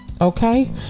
okay